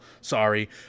sorry